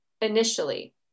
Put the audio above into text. initially